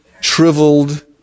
shriveled